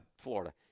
Florida